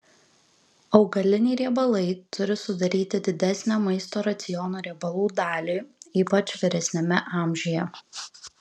augaliniai riebalai turi sudaryti didesnę maisto raciono riebalų dalį ypač vyresniame amžiuje